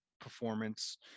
performance